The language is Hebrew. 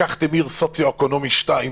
לקחת עיר ברמה סוציו-אקונומי 2,